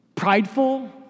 prideful